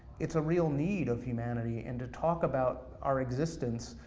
it's a real need of humanity, and to talk about our existence,